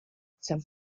some